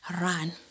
run